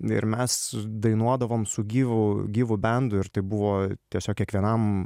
ir mes dainuodavom su gyvu gyvu bendu ir tai buvo tiesiog kiekvienam